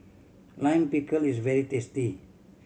Lime Pickle is very tasty